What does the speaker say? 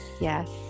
yes